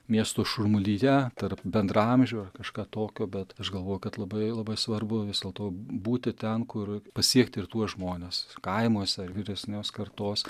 miesto šurmulyje tarp bendraamžių kažką tokio bet aš galvoju kad labai labai svarbu vis dėlto būti ten kur pasiekti ir tuos žmones kaimuose ar vyresnios kartos